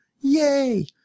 Yay